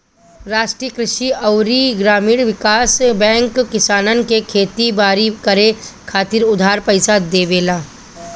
राष्ट्रीय कृषि अउरी ग्रामीण विकास बैंक किसानन के खेती बारी करे खातिर उधार पईसा देवेला